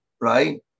Right